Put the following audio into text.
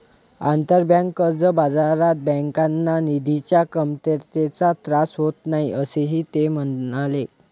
आंतरबँक कर्ज बाजारात बँकांना निधीच्या कमतरतेचा त्रास होत नाही, असेही ते म्हणाले